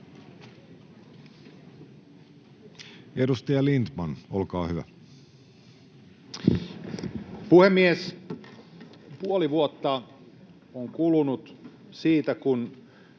Edustaja Lindtman, olkaa hyvä.